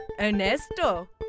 Ernesto